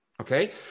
okay